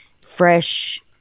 fresh